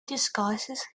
disguises